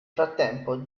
frattempo